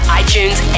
iTunes